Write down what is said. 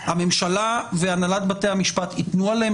הממשלה והנהלת בתי המשפט ייתנו עליהן